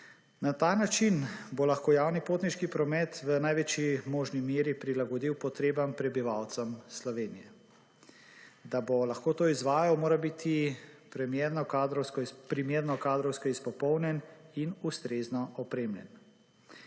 Na ta način bo lahko javni potniški promet v največji možni meri prilagodil potrebam prebivalcev Slovenije. Da bo lahko to izvajal, mora biti primerno kadrovsko izpopolnjen in ustrezno opremljen.